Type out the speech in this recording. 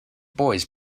boys